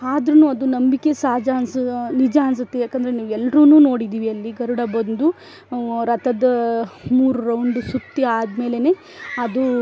ಆದ್ರೂ ಅದು ನಂಬಿಕೆ ಸಹಜ ಅನಿಸು ನಿಜ ಅನಿಸುತ್ತೆ ಯಾಕೆಂದ್ರೆ ನೀವು ಎಲ್ರೂ ನೋಡಿದ್ದೀವಿ ಅಲ್ಲಿ ಗರುಡ ಬಂದು ರಥದ ಮೂರು ರೌಂಡ್ ಸುತ್ತಿ ಅದಮೇಲೆಯೇ ಅದು